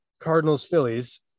Cardinals-Phillies